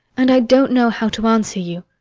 and i don't know how to answer you.